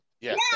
Yes